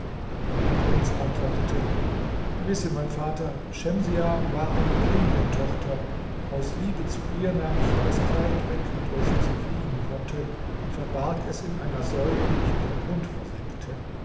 der prinz antwortete wisse mein vater schemsiah war eine genientochter aus liebe zu ihr nahm ich ihr das kleid weg mit welchem sie fliegen konnte und verbarg es in einer säule die ich in den grund versenkte